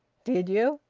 did you?